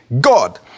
God